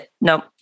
no